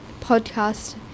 podcast